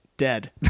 dead